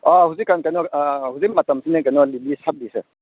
ꯑꯥ ꯍꯨꯖꯤꯛ ꯀꯥꯟ ꯀꯩꯅꯣ ꯍꯨꯖꯤꯛ ꯃꯇꯝꯁꯤꯅꯦ ꯀꯩꯅꯣ ꯂꯤꯂꯤ ꯁꯥꯠꯂꯤꯁꯦ